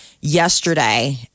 yesterday